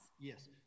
Yes